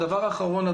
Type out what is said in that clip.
הדבר האחרון,